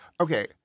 Okay